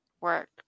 work